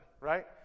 right